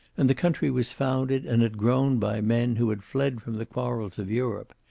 and the country was founded and had grown by men who had fled from the quarrels of europe.